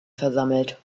versammelt